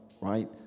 right